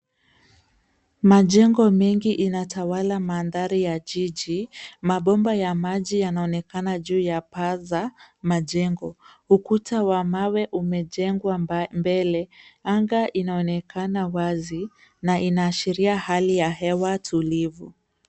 Majengo mengi inatawala mandhari ya jiji. Mabomba ya maji yanaonekana juu ya paa za majengo. Ukuta wa mawe umejengwa mbele. Anga inaonekana wazi na inaashiria hali ya hewa tulivu.